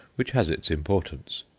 which has its importance.